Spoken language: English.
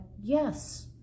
yes